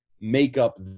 makeup